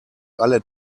alle